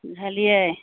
बुझलियै